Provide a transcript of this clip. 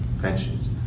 pensions